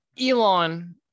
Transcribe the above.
Elon